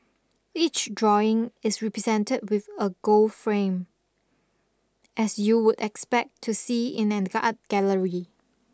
each drawing is represented with a gold frame as you would expect to see in an art gallery